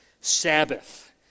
Sabbath